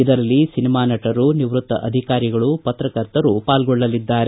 ಇದರಲ್ಲಿ ಸಿನಿಮಾ ನಟರು ನಿವೃತ್ತ ಅಧಿಕಾರಿಗಳು ಪತ್ರಕರ್ತರು ಪಾಲ್ಗೊಳ್ಳಲಿದ್ದಾರೆ